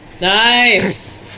nice